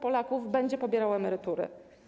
Polaków będzie pobierało emerytury.